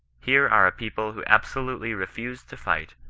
here are a people who abso lutely refused to fight,